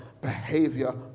behavior